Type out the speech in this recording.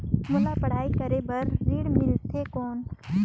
मोला पढ़ाई करे बर ऋण मिलथे कौन?